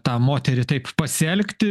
tą moterį taip pasielgti